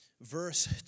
verse